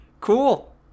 cool